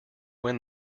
when